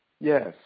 Yes